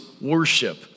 worship